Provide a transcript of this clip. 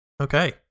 Okay